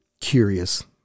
curious